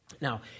Now